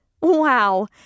Wow